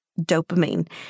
dopamine